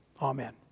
Amen